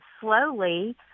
slowly